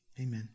amen